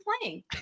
playing